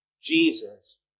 Jesus